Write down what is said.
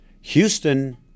Houston